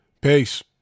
Peace